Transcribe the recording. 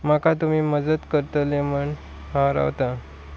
म्हाका तुमी मजत करतले म्हण हांव रावतां